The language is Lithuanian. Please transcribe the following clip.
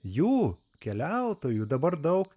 jų keliautojų dabar daug